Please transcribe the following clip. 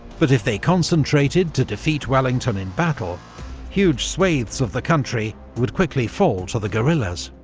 but if they concentrated to defeat wellington in battle huge swathes of the country would quickly fall to the guerrillas.